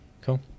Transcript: Cool